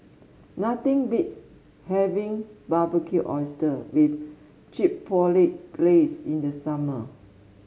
nothing beats having Barbecued Oysters with Chipotle Glaze in the summer